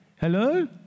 Hello